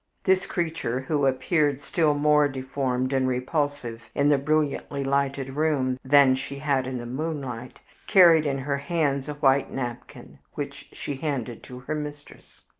this creature, who appeared still more deformed and repulsive in the brilliantly lighted room than she had in the moonlight, carried in her hands a white napkin, which she handed to her mistress.